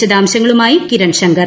വിശദാംശങ്ങളുമായി കിരൺ ശങ്കർ